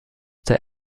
der